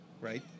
right